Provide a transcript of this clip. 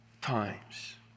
times